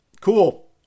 cool